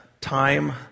time